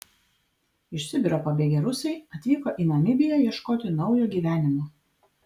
iš sibiro pabėgę rusai atvyko į namibiją ieškoti naujo gyvenimo